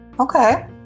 okay